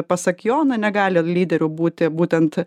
pasak jo na negali lyderiu būti būtent